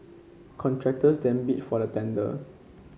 contractors then bid for the tender